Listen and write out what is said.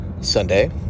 Sunday